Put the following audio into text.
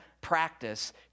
practice